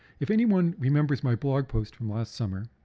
if anyone remembers my blog post from last summer,